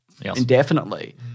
indefinitely